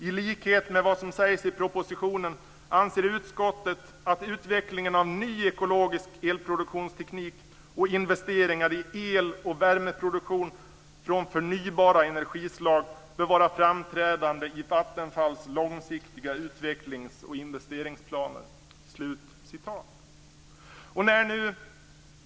I likhet med vad som sägs i propositionen anser utskottet att utvecklingen av ny ekologisk elproduktionsteknik och investeringar i el och värmeproduktion från förnybara energislag bör vara framträdande i Vattenfalls långsiktiga utvecklings och investeringsplaner."